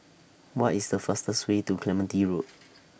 What IS The fastest Way to Clementi Road